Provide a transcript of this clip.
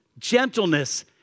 gentleness